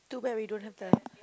too bad we don't have the